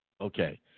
Okay